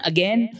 Again